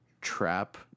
trap